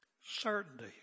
certainty